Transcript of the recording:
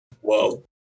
Whoa